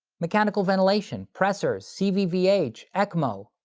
mechanical ventilation, pressers, cvvh, ecmo,